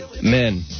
Men